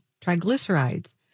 Triglycerides